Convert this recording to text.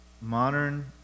modern